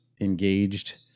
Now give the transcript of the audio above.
engaged